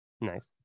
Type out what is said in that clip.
Nice